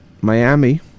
Miami